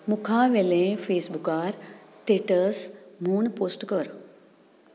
मुखावेले फेसबुकार स्टेटस म्हूण पोस्ट कर